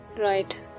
Right